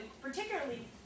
particularly